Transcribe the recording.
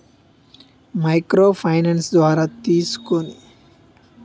Micro finance ద్వారా తీసుకునే loan పై ఎక్కువుగా ఎంత శాతం వడ్డీ పడుతుంది?